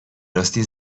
راستی